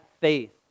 faith